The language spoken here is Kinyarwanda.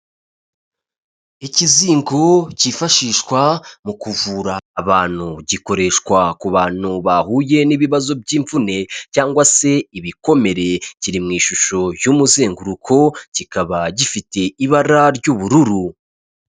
Ikizingo kifashishwa mu kuvura abantu, gikoreshwa ku bantu bahuye n'ibibazo by'imvune cyangwa se ibikomere, kiri mu ishusho y'umuzenguruko, kikaba gifite ibara ry'ubururu.